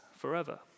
forever